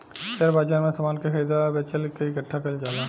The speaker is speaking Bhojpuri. शेयर बाजार में समान के खरीदल आ बेचल के इकठ्ठा कईल जाला